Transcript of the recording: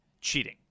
cheating